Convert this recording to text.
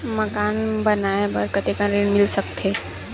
मकान बनाये बर कतेकन ऋण मिल सकथे?